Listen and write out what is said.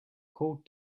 called